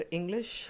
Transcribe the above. English